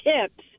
tips